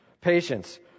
Patience